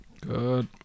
Good